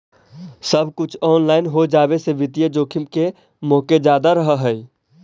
सब कुछ ऑनलाइन हो जावे से वित्तीय जोखिम के मोके जादा रहअ हई